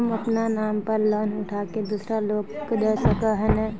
हम अपना नाम पर लोन उठा के दूसरा लोग के दा सके है ने